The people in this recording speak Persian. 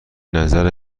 نظر